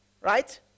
Right